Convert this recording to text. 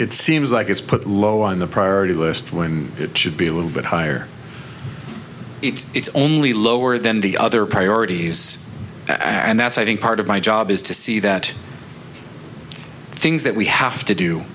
it seems like it's put low on the priority list when it should be a little bit higher it's it's only lower than the other priorities i add and that's i think part of my job is to see that things that we have to do